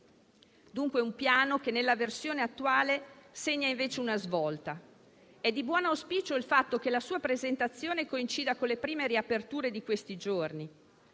dunque un piano che nella versione attuale segna invece una svolta. È di buon auspicio il fatto che la sua presentazione coincida con le prime riaperture di questi giorni.